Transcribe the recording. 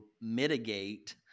mitigate